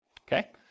Okay